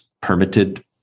permitted